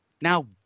now